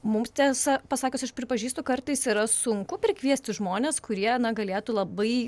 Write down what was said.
mums tiesa pasakius aš pripažįstu kartais yra sunku prikviesti žmones kurie galėtų labai